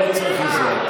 אני לא צריך עזרה.